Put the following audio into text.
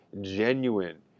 genuine